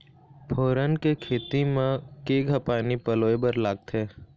फोरन के खेती म केघा पानी पलोए बर लागथे?